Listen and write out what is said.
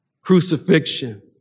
Crucifixion